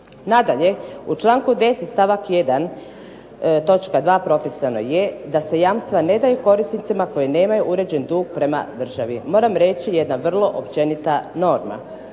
Nadalje, u članku 10. stavak 1. točka 2. propisano je da se jamstva ne daju korisnicima koji nemaju uređen dug prema državi, moram reći jedna vrlo općenita norma.